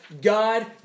God